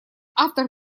автор